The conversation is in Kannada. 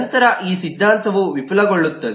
ನಂತರ ಈ ಸಿದ್ಧಾಂತವು ವಿಫಲಗೊಳ್ಳುತ್ತದೆ